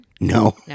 No